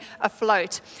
afloat